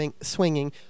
swinging